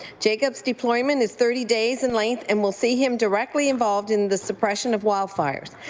jacob deployment is thirty days in length and will see him directly involved in the suppression of wildfires.